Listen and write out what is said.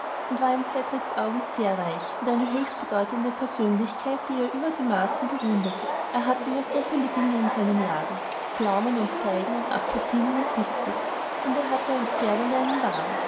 und war in cedriks augen sehr reich und eine höchst bedeutende persönlichkeit die er über die maßen bewunderte er hatte ja so viele dinge in seinem laden pflaumen und feigen und apfelsinen und biskuits und er hatte ein pferd und einen wagen